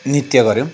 नृत्य गऱ्यौँ